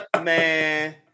Man